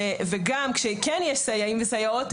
וכשכן יש סייעים וסייעות,